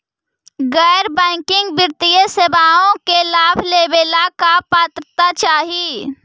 गैर बैंकिंग वित्तीय सेवाओं के लाभ लेवेला का पात्रता चाही?